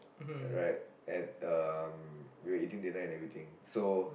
right at um we were eating dinner and everything so